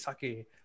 sake